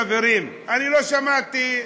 חברים: אני לא שמעתי,